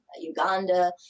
Uganda